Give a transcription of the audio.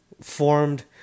formed